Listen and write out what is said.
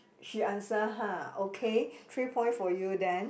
she answer ha okay three point for you then